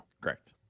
Correct